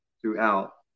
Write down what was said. throughout